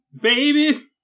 Baby